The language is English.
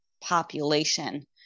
population